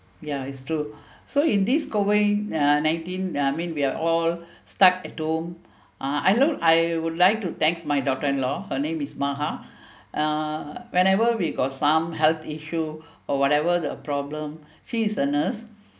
ya it's true so in this COVID uh nineteen I mean we are all stuck at home uh I know I would like to thanks my daughter in law her name is maha uh whenever we got some health issue or whatever the problem she's a nurse